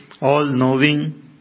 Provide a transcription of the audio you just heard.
all-knowing